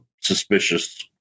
suspicious